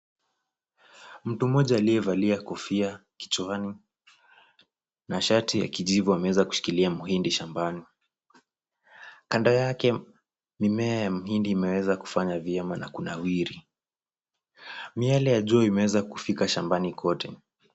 Mtu moja aliyevalia kofia kichwani na shati ya kijivu ameweza kushikilia mhindi shambani. Kando yake mimea ya mhindi imeweza kufanya vyema shambani na kunawiri. Miale ya jua imeweza kufika shambani kote.